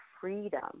freedom